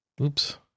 oops